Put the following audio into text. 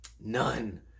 None